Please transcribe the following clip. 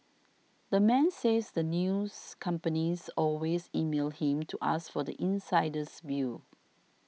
the man says the news companies always email him to ask for the insider's view